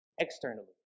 externally